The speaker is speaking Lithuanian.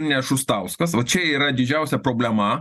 ne šustauskas vat čia yra didžiausia problema